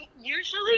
Usually